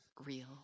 real